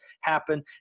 happen